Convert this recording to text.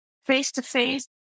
face-to-face